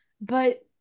But-